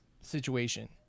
situation